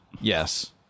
Yes